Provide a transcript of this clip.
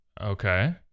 Okay